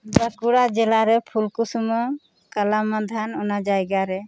ᱵᱟᱸᱠᱩᱲᱟ ᱡᱮᱞᱟ ᱨᱮ ᱯᱷᱩᱞᱠᱩᱥᱢᱟᱹ ᱠᱟᱞᱟᱢᱟᱫᱷᱟᱱ ᱚᱱᱟ ᱡᱟᱭᱜᱟ ᱨᱮ